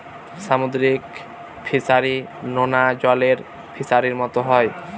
সামুদ্রিক ফিসারী, নোনা জলের ফিসারির মতো হয়